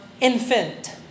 infant